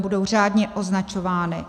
Budou řádně označovány.